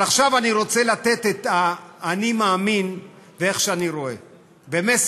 אבל עכשיו אני רוצה לתת את ה"אני מאמין" ואיך שאני רואה את זה,